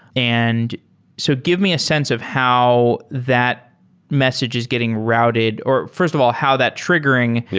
and so give me a sense of how that message is getting rerouted, or fi rst of all, how that triggering,